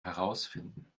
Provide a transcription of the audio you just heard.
herausfinden